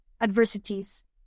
adversities